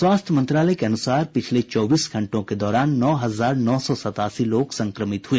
स्वास्थ्य मंत्रालय के अनुसार पिछले चौबीस घंटों के दौरान नौ हजार नौ सौ सतासी लोग संक्रमित हुए